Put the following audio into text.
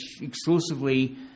exclusively